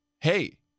hey